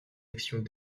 actions